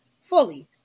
fully